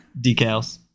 Decals